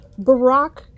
Barack